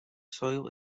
soil